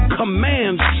commands